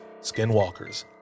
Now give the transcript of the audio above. skinwalkers